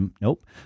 Nope